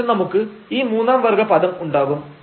ശേഷം നമുക്ക് ഈ മൂന്നാം വർഗ പദം ഉണ്ടാകും